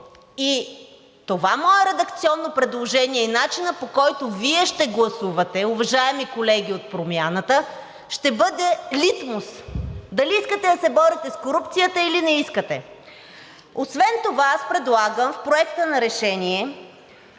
и това мое редакционно предложение и начина, по който Вие ще гласувате, уважаеми колеги от Промяната, ще бъде литмус дали искате да се борите с корупцията, или не искате. Освен това аз предлагам в Проекта на решение т.